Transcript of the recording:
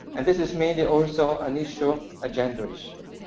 and this is mainly also an issue, a gender issue.